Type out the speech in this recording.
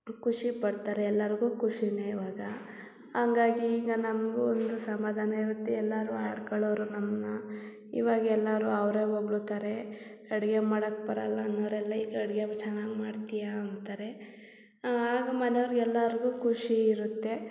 ಖುಷಿಪಡ್ತಾರೆ ಎಲ್ಲರ್ಗೂ ಖುಷಿಯೇ ಇವಾಗ ಹಂಗಾಗಿ ಈಗ ನನಗೂ ಒಂದು ಸಮಾಧಾನ ಇರುತ್ತೆ ಎಲ್ಲರೂ ಆಡ್ಕೊಳ್ಳೋರು ನನ್ನ ಇವಾಗ ಎಲ್ಲರೂ ಅವರೇ ಹೊಗ್ಳುತಾರೆ ಅಡುಗೆ ಮಾಡಕ್ಕೆ ಬರಲ್ಲ ಅನ್ನೋರೆಲ್ಲ ಈಗ ಅಡುಗೆ ಚೆನ್ನಾಗಿ ಮಾಡ್ತೀಯಾ ಅಂತಾರೆ ಆಗ ಮನೆವ್ರ್ಗೆ ಎಲ್ಲರ್ಗೂ ಖುಷಿ ಇರುತ್ತೆ